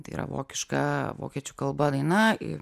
tai yra vokiška vokiečių kalba daina